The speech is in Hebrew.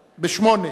נגד,